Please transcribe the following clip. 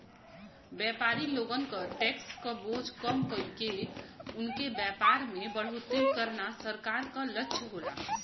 व्यापारी लोगन क टैक्स क बोझ कम कइके उनके व्यापार में बढ़ोतरी करना सरकार क लक्ष्य होला